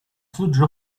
司职